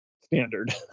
standard